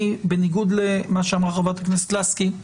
אני, בניגוד למה שאמרה חברת הכנסת לסקי,